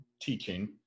teaching